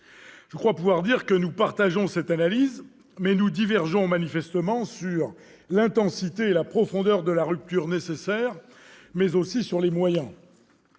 Je crois pouvoir dire que nous partageons cette analyse, mais nous divergeons manifestement non seulement sur l'intensité et la profondeur de la rupture nécessaire, mais aussi sur les moyens